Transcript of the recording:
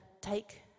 take